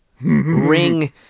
Ring